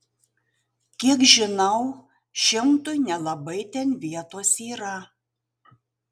kiek žinau šimtui nelabai ten vietos yra